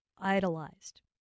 idolized